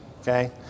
okay